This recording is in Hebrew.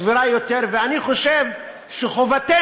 סבירה יותר, ואני חושב שחובתנו,